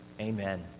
Amen